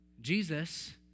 Jesus